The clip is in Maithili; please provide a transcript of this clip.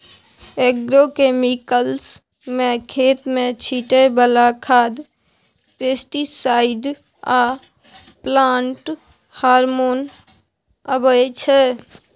एग्रोकेमिकल्स मे खेत मे छीटय बला खाद, पेस्टीसाइड आ प्लांट हार्मोन अबै छै